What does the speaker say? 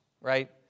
right